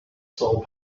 soul